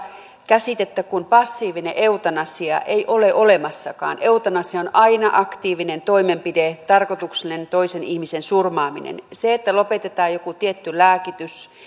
käsitettä passiivinen eutanasia ei ole olemassakaan eutanasia on aina aktiivinen toimenpide tarkoituksellinen toisen ihmisen surmaaminen se että lopetetaan joku tietty lääkitys